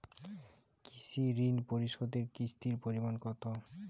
কৃষি ঋণ পরিশোধের কিস্তির পরিমাণ কতো?